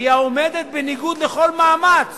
והיא העומדת בניגוד לכל מאמץ